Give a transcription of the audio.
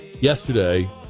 yesterday